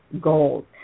goals